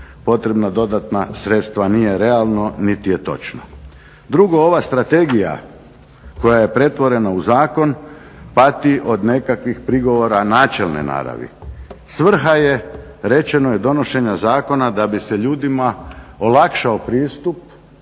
potrebna dodatna sredstva nije realno niti je točno. Drugo, ova strategija koja je pretvorena u zakon pati od nekakvih prigovora načelne naravi. Svrha je, rečeno je, donošenja zakona da bi se ljudima olakšao pristup